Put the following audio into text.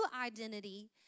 identity